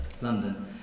London